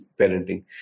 parenting